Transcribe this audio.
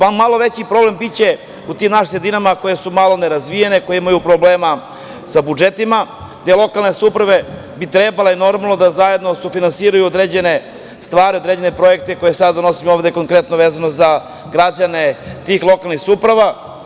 Bar malo veći problem biće u tim našim sredinama koje su malo nerazvijene, koje imaju problema sa budžetima, gde lokalne samouprave bi trebale normalno da zajedno sufinansiraju određene stvari, određene projekte, koje sada donosimo ovde, konkretno vezano za građane tih lokalnih samouprava.